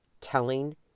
telling